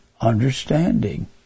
understanding